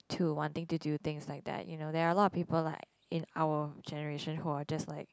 to wanting to do things like that you know there are a lot of people like in our generation who are just like